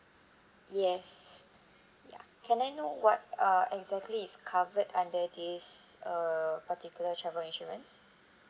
yes ya can I know what uh exactly is covered under this err particular travel insurance